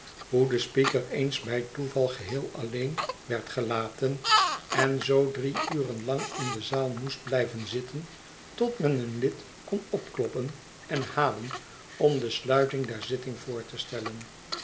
de speaker eens bij toeval geheel alleen werd gelaten en zoo drie uren lang in de zaal moest blijven zitten tot men een lid kon opkloppen en halen om de sluiting der zitting voor te stellen